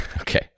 Okay